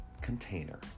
container